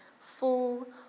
full